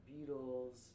Beatles